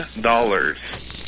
dollars